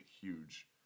huge